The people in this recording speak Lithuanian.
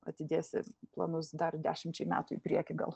atidėsi planus dar dešimčiai metų į priekį gal